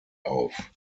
auf